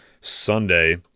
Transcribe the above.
Sunday